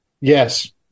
Yes